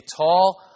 tall